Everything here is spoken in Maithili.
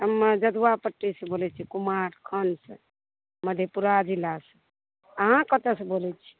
हम्मे जदुआपट्टी से बोलैत छियै कुमारखंड से मधेपुरा जिला से अहाँ कतऽ से बोलैत छियै